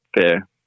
fair